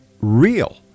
real